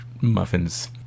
muffins